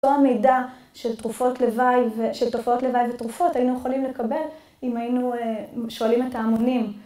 כל המידע של תרופות לוואי, של תופעות לוואי ותרופות, היינו יכולים לקבל אם היינו שואלים את ההמונים.